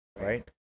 right